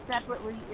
separately